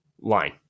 line